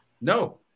No